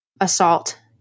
assault